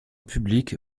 public